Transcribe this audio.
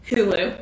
Hulu